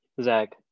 Zach